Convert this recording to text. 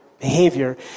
behavior